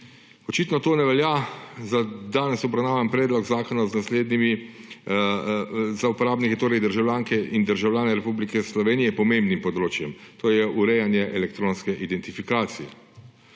Očitno to ne velja za danes obravnavani predlog zakona z naslednjim za uporabnike, torej državljanke in državljane Republike Slovenije, pomembnim področjem, to je urejanje elektronske identifikacije.